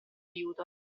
aiuto